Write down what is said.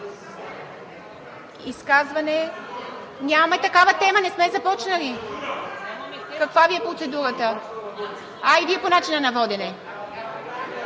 и реплики.) Няма такава тема, не сме започнали. Каква Ви е процедурата? А, и Вие по начина на водене.